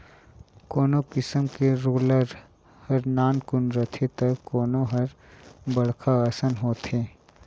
कोनो किसम के रोलर हर नानकुन रथे त कोनो हर बड़खा असन होथे